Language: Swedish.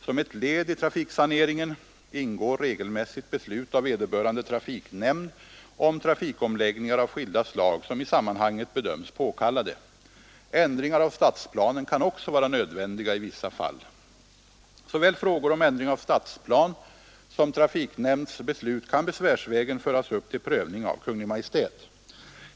Som ett led i trafiksaneringen ingår regelmässigt beslut av vederbörande trafiknämnd om trafikomläggningar av skilda slag som i sammanhanget bedöms påkallade. Ändringar av stadsplanen kan också vara nödvändiga i vissa fall. Såväl frågor om ändring av stadsplan som trafiknämnds beslut kan besvärsvägen föras upp till prövning av Kungl. Maj:t.